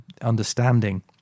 understanding